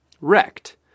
wrecked